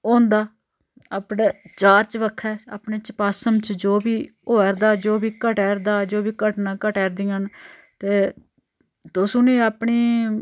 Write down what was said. होंदा अपने चार चबक्खै अपने चपासम च जो बी होआ'रदा जो बी घटा'रदा जो बी घटनां घटा दियां न ते तुस उनेंई अपनी